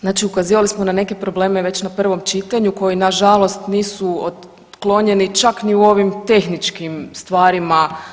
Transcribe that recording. Znači ukazivali smo na neke probleme već na prvom čitanju koji nažalost nisu otklonjeni čak ni u ovim tehničkim stvarima.